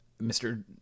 Mr